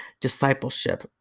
discipleship